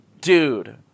dude